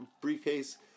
briefcase